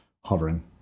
hovering